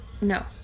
No